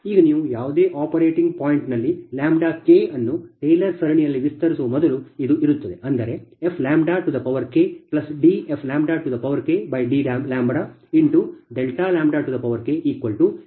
ಈಗ ನೀವು ಯಾವುದೇ ಆಪರೇಟಿಂಗ್ ಪಾಯಿಂಟ್ ನಲ್ಲಿ λ ಲ್ಯಾಂಬ್ಡಾ ಕೆ ಅನ್ನು ಟೇಲರ್ ಸರಣಿಯಲ್ಲಿ ವಿಸ್ತರಿಸುವ ಮೊದಲು ಇದು ಇರುತ್ತದೆ ಅಂದರೆ fKdfdλKPLPLossK